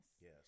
yes